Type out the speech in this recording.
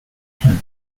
him